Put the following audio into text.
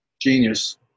genius